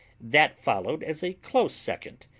that followed as a close second,